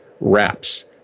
wraps